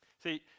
See